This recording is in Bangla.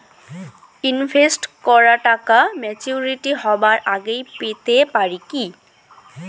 ইনভেস্ট করা টাকা ম্যাচুরিটি হবার আগেই পেতে পারি কি?